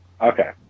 Okay